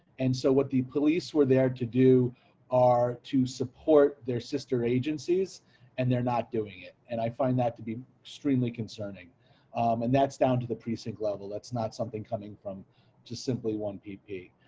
and so what the police were there to do are to support their sister agencies and they're not doing it. and i find that to be extremely concerning and that's down to the precinct level. that's not something coming from just simply one pp.